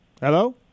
Hello